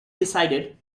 decided